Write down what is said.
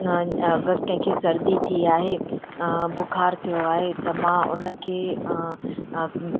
कंहिंखे सर्दी थी आहे बुखार थियो आहे त मां उनखे